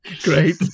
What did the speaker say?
Great